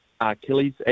Achilles